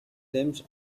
temps